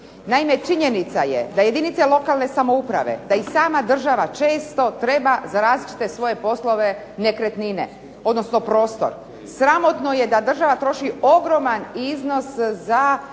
Naime, činjenica je da jedinice lokalne samouprave, da i sama država često treba za različite svoje poslove nekretnine, odnosno prostor, sramotno je da država troši ogroman iznos za